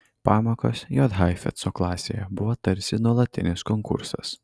pamokos j heifetzo klasėje buvo tarsi nuolatinis konkursas